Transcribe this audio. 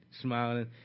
smiling